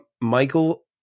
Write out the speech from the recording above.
Michael